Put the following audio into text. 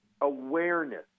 awareness